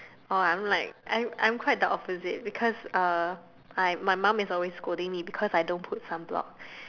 oh I'm like I'm I'm quite the opposite because uh I my mum is always scolding me because I don't put sunblock